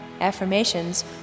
Affirmations